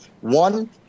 One